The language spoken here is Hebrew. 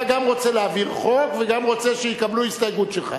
גם אתה רוצה להעביר חוק וגם שיקבלו הסתייגות שלך.